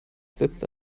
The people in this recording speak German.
setzte